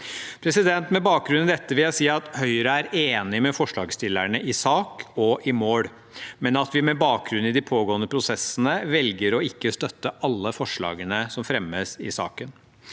og DMA. Med bakgrunn i dette vil jeg si at Høyre er enig med forslagsstillerne i sak og i mål, men at vi med bakgrunn i de pågående prosessene velger å ikke støtte alle forslagene som fremmes i saken.